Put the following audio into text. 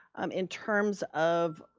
um in terms of,